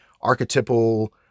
archetypal